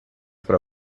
para